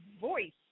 voice